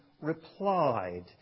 replied